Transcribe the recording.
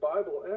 Bible